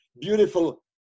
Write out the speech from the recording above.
beautiful